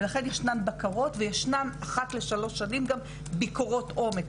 ולכן ישנן בקרות וישנן אחת לשלוש שנים גם ביקורות עומק.